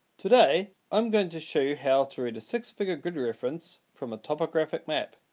today i'm going to show you how to read a six figure good reference from a topographic map.